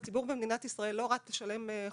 הציבור במדינת ישראל לא רץ לשלם חובות.